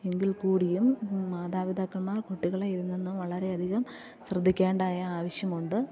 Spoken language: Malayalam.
എങ്കിൽ കൂടിയും മാതാപിതാക്കന്മാർ കുട്ടികളെ ഇതിൽ നിന്ന് വളരെയധികം ശ്രദ്ധിക്കേണ്ടതായ ആവശ്യമുണ്ട്